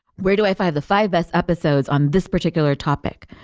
where do i find the five best episodes on this particular topic?